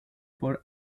por